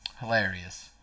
hilarious